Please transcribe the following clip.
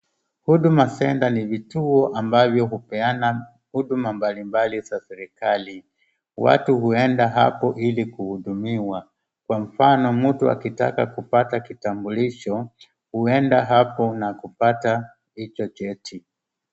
Huduma Centre ni vituo ambavyo hupeana huduma mbalimbali za serikali. Watu huenda hapo ili kuhudumiwa. Kwa mfano mtu akitaka kupata kitambulisho, huenda hapo na kupata hicho cheti.